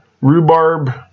Rhubarb